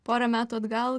porą metų atgal